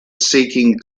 seeking